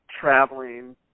traveling